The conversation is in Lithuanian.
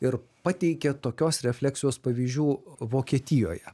ir pateikia tokios refleksijos pavyzdžių vokietijoje